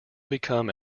become